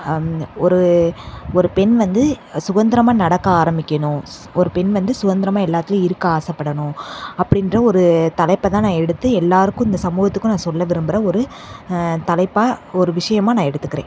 ஒரு ஒரு பெண் வந்து சுகந்திரமாக நடக்க ஆரம்பிக்கணும் சு ஒரு பெண் வந்து சுகந்திரமாக எல்லாத்துலையும் இருக்க ஆசைப்படணும் அப்படின்ற ஒரு தலைப்பை தான் நான் எடுத்து எல்லாருக்கும் இந்த சமூகத்துக்கும் நான் சொல்ல விரும்புற ஒரு தலைப்பாக ஒரு விஷயமா நான் எடுத்துக்கிறேன்